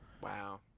Wow